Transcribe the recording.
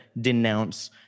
denounce